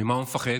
ממה הוא מפחד?